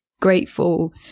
grateful